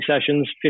sessions